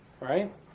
Right